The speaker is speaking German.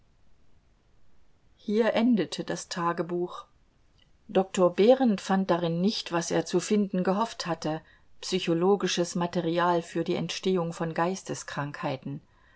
hier endete das tagebuch doktor behrend fand darin nicht was er zu finden gehofft hatte psychologisches material für die entstehung von